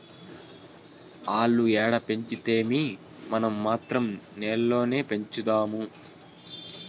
ఆల్లు ఏడ పెంచితేమీ, మనం మాత్రం నేల్లోనే పెంచుదాము